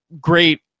great